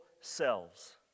selves